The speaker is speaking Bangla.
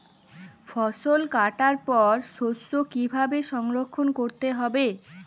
ফসল কাটার পর শস্য কীভাবে সংরক্ষণ করতে হবে?